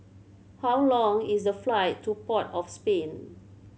how long is the flight to Port of Spain